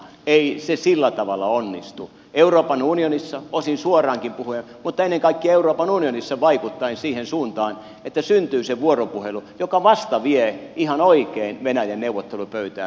ei se sillä tavalla onnistu vaan euroopan unionissa osin suoraankin puhuen mutta ennen kaikkea euroopan unionissa vaikuttaen siihen suuntaan että syntyy se vuoropuhelu joka vasta vie ihan oikein venäjän neuvottelupöytään